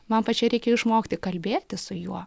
man pačiai reikėjo išmokti kalbėtis su juo